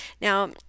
Now